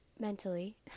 mentally